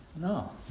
No